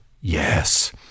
Yes